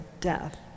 death